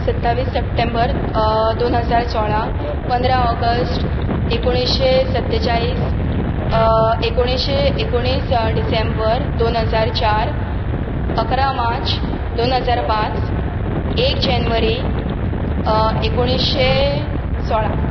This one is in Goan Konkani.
सत्तावीस सप्टेंबर दोन हजार सोळा पंदरा ऑगस्ट एकोणिशें सत्तेचाळीस एकोणिशें एकोणीस डिसेंबर दोन हजार चार अकरा मार्च दोन हजार पांच एक जानेवारी एकोणिशें सोळा